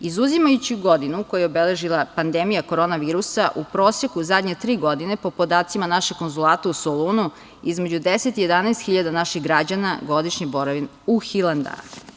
Izuzimajući godinu koju je obeležila pandemija korona virusa, u proseku, zadnje tri godine, po podacima našeg konzulata u Solunu, između 10 i 11 hiljada naših građana godišnje boravi u Hilandaru.